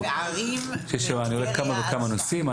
אני רואה כמה וכמה נושאים.